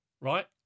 right